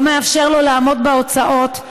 לא מאפשר לו לעמוד בהוצאות,